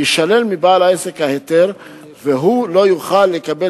יישלל מבעל העסק ההיתר והוא לא יוכל לקבל